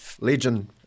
Legend